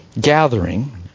gathering